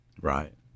Right